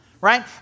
right